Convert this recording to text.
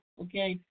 okay